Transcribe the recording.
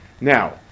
Now